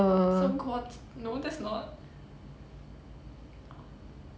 中国 no that's not